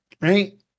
right